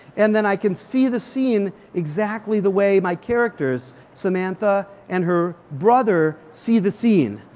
and then i can see the scene exactly the way my characters samantha and her brother see the scene.